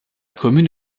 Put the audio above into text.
commune